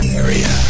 area